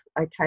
okay